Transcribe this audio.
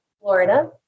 Florida